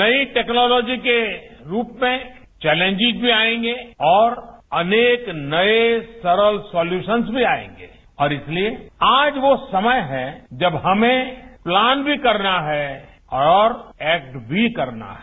नई टैक्नोलॉजी के रूप में चेलेंजेज भी आयेंगे और अनेक नये सरल सोल्यूशन्स भी आयेंगे और इसलिए आज वो समय है जब हमें प्लांन भी करना है और एक्ट भी करना है